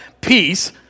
peace